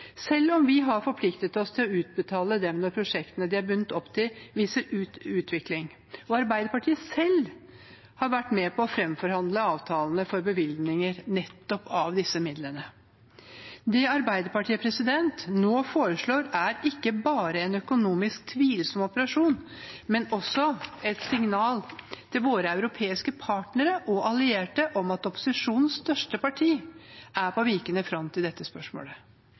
selv om vi har forpliktet oss til å utbetale dem når prosjektene de er bundet opp til, viser utvikling. Arbeiderpartiet har selv vært med på å framforhandle avtalene for bevilgninger av nettopp disse midlene. Det Arbeiderpartiet nå foreslår, er ikke bare en økonomisk tvilsom operasjon, men også et signal til våre europeiske partnere og allierte om at opposisjonens største parti er på vikende front i dette spørsmålet.